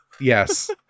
Yes